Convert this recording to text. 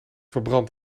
verbrand